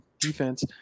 defense